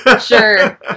Sure